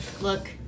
Look